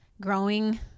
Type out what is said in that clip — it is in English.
growing